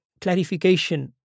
clarification